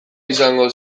izango